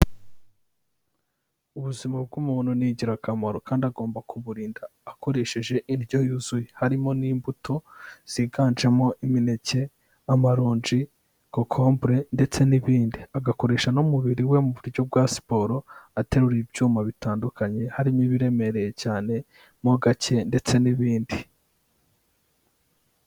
Ubuzima bw'umuntu ni ingirakamaro kandi agomba kuburinda akoresheje indyo yuzuye. Harimo n'imbuto ziganjemo imineke, amaronji, kokombure ndetse n'ibindi. Agakoresha n'umubiri we mu buryo bwa siporo aterura ibyuma bitandukanye, harimo ibiremereye cyane mo gake ndetse n'ibindi.